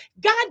God